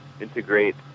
integrate